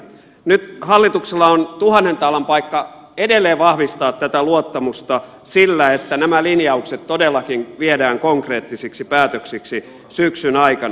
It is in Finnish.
nyt hallituksella on tuhannen taalan paikka edelleen vahvistaa tätä luottamusta sillä että nämä linjaukset todellakin viedään konkreettisiksi päätöksiksi syksyn aikana